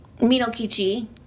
Minokichi